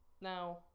Now